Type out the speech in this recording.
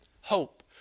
hope